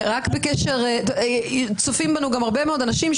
רק האדם הסביר, גם הרשויות.